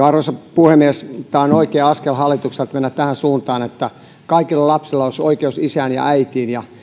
arvoisa puhemies tämä on oikea askel hallitukselta mennä tähän suuntaan että kaikilla lapsilla olisi oikeus isään ja äitiin